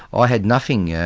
i had nothing, yeah